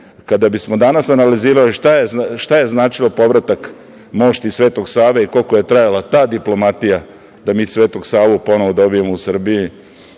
bismo danas analizirali šta je značilo povratak mošti Sv. Save i koliko je trajala ta diplomatija da mi Sv. Savu ponovo dobijemo u Srbiji,